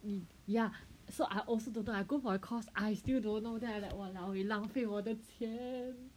hmm ya so I also don't know I go for the course I still don't know then I was like !walao! 浪费我的钱